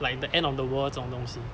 like the end of the world 这种东西